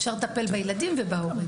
אפשר לדבר בילדים ובהורים.